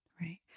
Right